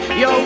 yo